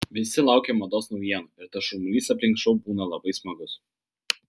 visi laukia mados naujienų ir tas šurmulys aplink šou būna labai smagus